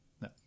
no